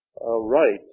right